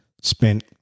spent